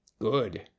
Good